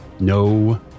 no